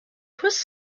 was